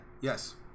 Yes